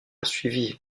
suivi